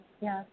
Yes